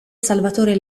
salvatore